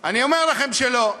אני אומר לכם שלא,